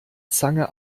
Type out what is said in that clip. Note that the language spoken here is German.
zange